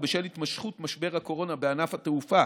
ובשל התמשכות משבר הקורונה בענף התעופה